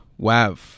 WAV